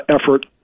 effort